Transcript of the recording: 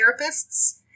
therapists